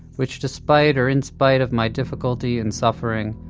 which despite, or in spite, of my difficulty and suffering,